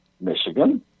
Michigan